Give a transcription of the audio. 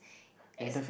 it's